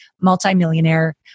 multimillionaire